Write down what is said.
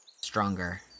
stronger